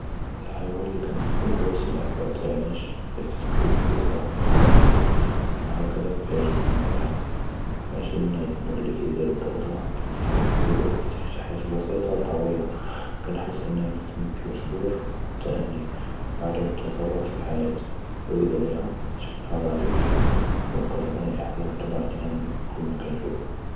אלחַיָואן אללי כִּנתעד הוּוּא אלסַלְחַפָה, חית כִּתִמשִי בְּשּוּוי וּלָקִינָה תוֹסַל, ו אללי כִּיעְטיני בּיהָ מאשי לי דִיר דוּדָּאז, ו כִּתִעַיּש חַיַאת בסיטה ו טְווִילָה, ו כִּנחַס כִּנּהוּ מֻתַמֵל אלסַבּר, ו אלתַעֻנִי ו עֻדום אלתַסָרְע פִי אלחַיַאת, ו זִיד עָלֵיהּוּ שֻכּלּוּ דְרִיף ו כִּתְעְטִיני אחְסָאס בּאלטִמְאַנִינָה מןין כִּנשּׁוּף.